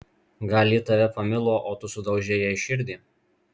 gal ji tave pamilo o tu sudaužei jai širdį